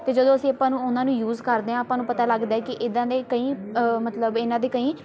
ਅਤੇ ਜਦੋਂ ਅਸੀਂ ਆਪਾਂ ਨੂੰ ਉਹਨਾਂ ਨੂੰ ਯੂਜ ਕਰਦੇ ਹਾਂ ਆਪਾਂ ਨੂੰ ਪਤਾ ਲੱਗਦਾ ਕਿ ਇੱਦਾਂ ਦੇ ਕਈ ਮਤਲਬ ਇਹਨਾਂ ਦੇ ਕਈ